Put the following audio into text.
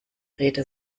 rede